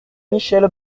michèle